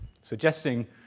suggesting